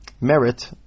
merit